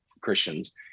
Christians